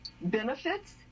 benefits